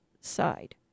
Side